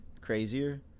crazier